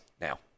now